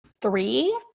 three